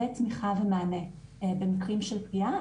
תמיכה ומענה במקרים של פגיעה,